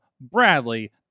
Bradley